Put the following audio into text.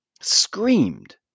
Screamed